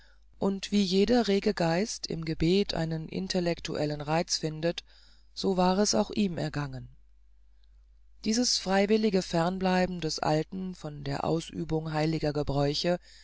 und wie jeder rege geist im gebet einen intellectuellen reiz findet so war es auch ihm ergangen dieses freiwillige fernbleiben des alten von der ausübung heiliger gebräuche